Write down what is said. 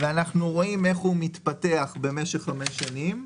אנחנו רואים איך הוא מתפתח במשך חמש שנים,